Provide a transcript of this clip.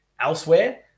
Elsewhere